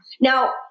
Now